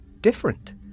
different